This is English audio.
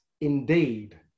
indeed